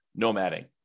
nomading